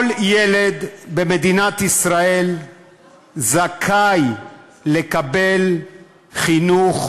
כל ילד במדינת ישראל זכאי לקבל חינוך